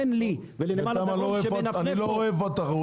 תן לי ולנמל אשדוד שמנפנף פה -- אני לא רואה איפה התחרות שלכם.